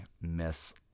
miss